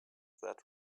that